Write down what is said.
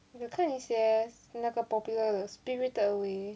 有看一些那个 popular 的 spirited away